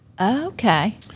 Okay